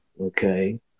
Okay